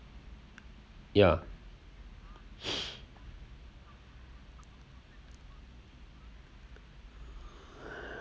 ya